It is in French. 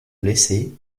blessé